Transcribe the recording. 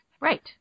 Right